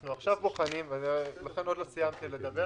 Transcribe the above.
אנחנו עכשיו בוחנים ולכן עוד לא סיימתי לדבר,